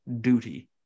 duty